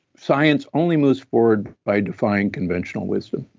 science only moves forward by defined conventional wisdom.